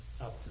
up